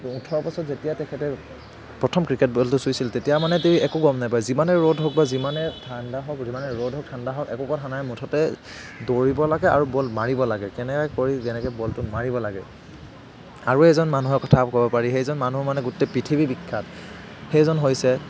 ওঠৰ বছৰত যেতিয়া তেখেতে প্ৰথম ক্ৰিকেট বলটো চুইছিল তেতিয়া মানে তেওঁ একো গম নাপায় যিমানে ৰ'দ হওক বা যিমানে ঠাণ্ডা হওক যিমানে ৰ'দ হওক একো কথা নাই মুঠতে দৌৰিব লাগে আৰু বল মাৰিব লাগে এনেকে কৰি যেনেকে বলটো মাৰিব লাগে আৰু এজন মানুহৰ কথা ক'ব পাৰি সেইজন মানুহ মানে গোটেই পৃথিৱী বিখ্য়াত সেইজন হৈছে